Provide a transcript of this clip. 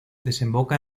desemboca